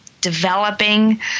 developing